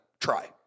try